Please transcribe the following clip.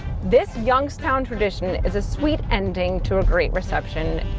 this youngstown tradition is a sweet ending to a great reception.